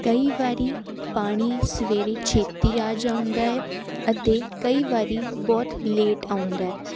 ਕਈ ਵਾਰੀ ਪਾਣੀ ਸਵੇਰੇ ਛੇਤੀ ਆ ਜਾਂਦਾ ਹੈ ਅਤੇ ਕਈ ਵਾਰੀ ਬਹੁਤ ਲੇਟ ਆਉਂਦਾ